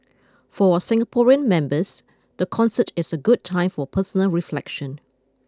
for our Singaporean members the concert is a good time for personal reflection